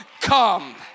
come